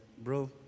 Bro